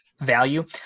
value